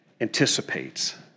anticipates